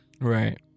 Right